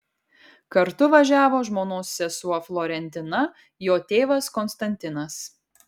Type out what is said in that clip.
kartu važiavo žmonos sesuo florentina jo tėvas konstantinas